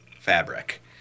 fabric